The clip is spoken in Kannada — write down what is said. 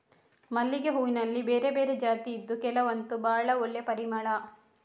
ಮಲ್ಲಿಗೆ ಹೂನಲ್ಲಿ ಬೇರೆ ಬೇರೆ ಜಾತಿ ಇದ್ದು ಕೆಲವಂತೂ ಭಾಳ ಒಳ್ಳೆ ಪರಿಮಳ